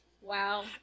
Wow